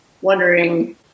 wondering